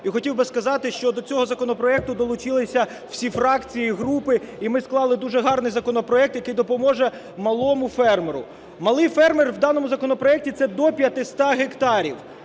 І хотів би сказати, що до цього законопроекту долучилися всі фракції і групи, і ми склали дуже гарний законопроект, який допоможе малому фермеру. Малий фермер в даному законопроекті – це до 500 гектарів.